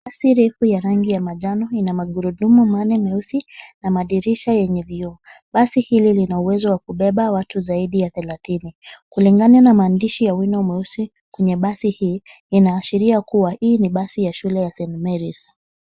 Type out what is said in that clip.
Basi refu ya rangi ya manjano ina magurudumu manne meusi na madirisha yenye vioo. Basi hili lina uwezo wa kubeba watu zaidi ya thelathini. Kulingana na maandishi ya wino mweusi kwenye basi hii, inaashiria kuwa hii ni basi ya shule ya St Marys .